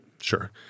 Sure